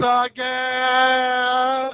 again